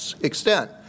extent